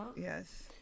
yes